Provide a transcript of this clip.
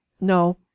no